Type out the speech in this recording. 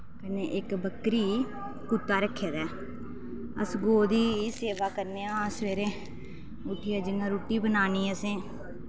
कन्नै इक बकरी कुत्ता रक्खेदा ऐ अस गौ दी सेवा करनेआं सवेरे उट्ठियै जि'यां रुट्टी बनानी असें